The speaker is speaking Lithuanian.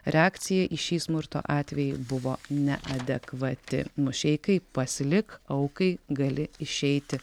reakcija į šį smurto atvejį buvo neadekvati mušeikai pasilik aukai gali išeiti